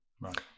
Right